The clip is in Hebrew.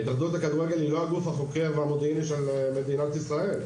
ההתאחדות לכדורגל היא לא הגוף החוקר או המודיעיני של מדינת ישראל,